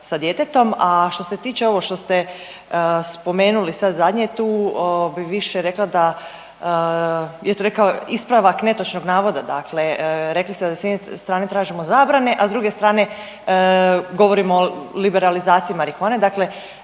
sa djetetom. A što se tiče ovo što ste spomenuli sad zadnje tu bi više rekla da je to nekakav ispravak netočnog navoda, dakle rekli ste da s jedne strane tražimo zabrane, a s druge strane govorimo o liberalizaciji marihuane, dakle